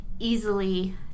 easily